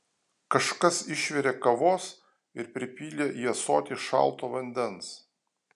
kažkas išvirė kavos ir pripylė į ąsotį šalto vandens